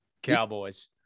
Cowboys